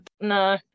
No